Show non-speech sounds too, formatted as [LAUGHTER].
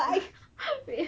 [BREATH] wait